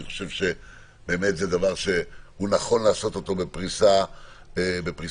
אני חושב שזה באת דבר שנכון לעשות בפריסה מלאה,